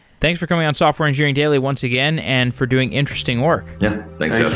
thanks for coming on software engineering daily once again and for doing interesting work yeah. thanks jeff